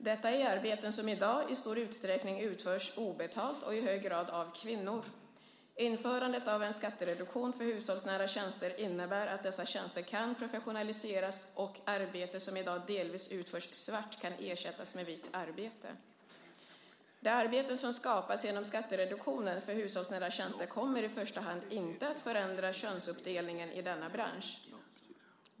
Detta är arbeten som i dag i stor utsträckning utförs obetalt och i hög grad av kvinnor. Införandet av en skattereduktion för hushållsnära tjänster innebär att dessa tjänster kan professionaliseras, och arbete som i dag delvis utförs svart kan ersättas med vitt arbete. De arbeten som skapas genom skattereduktionen för hushållsnära tjänster kommer i första hand inte att förändra könsuppdelningen i denna bransch.